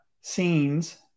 scenes